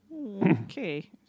Okay